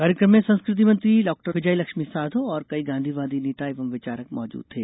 कार्यक्रम में संस्कृति मंत्री डॉक्टर विजयलक्ष्मी साधौ और कई गांधीवादी नेता एवं विचारक मौजूद थे